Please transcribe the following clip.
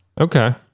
Okay